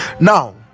now